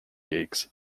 gigs